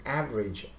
average